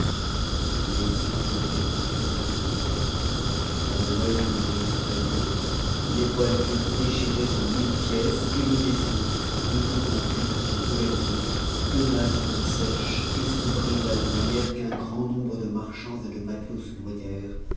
mais toutes nos pré mtiohs furent inutiles la manœuvre ne réussit pas bien les voiles eat déchirées en mille pièces et le vaisseau ne pouvant plus être gouverné donna sur une sèche et se brisa de manière qu'un grand nombre de marchands et de matelots se noyèrent